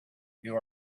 you